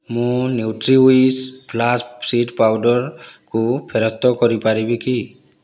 ମୁଁ Nutriwise flax seed powder କୁ ଫେରସ୍ତ କରିପାରିବି କି